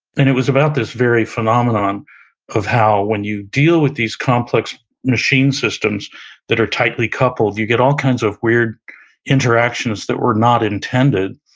and it was about this very phenomenon of how when you deal with these complex machine systems that are tightly coupled, you get all kinds of weird interactions that were not intended.